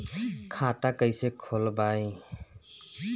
खाता कईसे खोलबाइ?